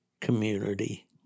community